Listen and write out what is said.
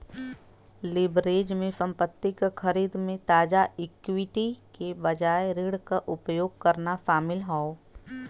leverage में संपत्ति क खरीद में ताजा इक्विटी के बजाय ऋण क उपयोग करना शामिल हौ